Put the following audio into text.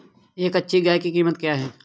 एक अच्छी गाय की कीमत क्या है?